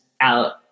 out